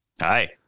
Hi